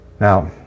Now